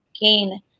gain